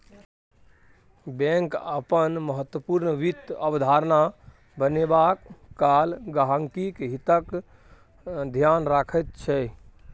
bank अपन महत्वपूर्ण वित्त अवधारणा बनेबा काल गहिंकीक हितक ध्यान रखैत छै